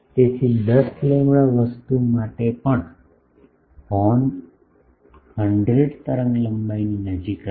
તેથી 10 લેમ્બડા વસ્તુ માટે પણ હોર્ન 100 તરંગલંબાઇની નજીક હશે